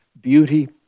beauty